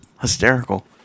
hysterical